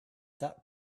that